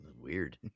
Weird